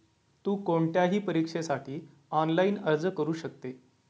तु कोणत्याही परीक्षेसाठी ऑनलाइन अर्ज करू शकते